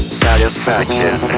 satisfaction